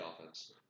offense